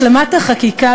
השלמת החקיקה,